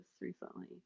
recently